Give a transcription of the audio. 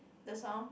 the song